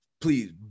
please